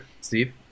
Steve